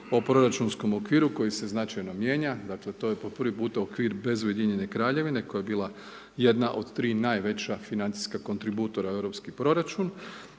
o proračunskom okviru koji se značajno mijenja, dakle, to je po prvi puta okvir bez Ujedinjene Kraljevine koja je bila jedna od 3 najveća financijska kontributora u Europski proračun.